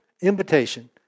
invitation